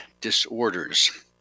disorders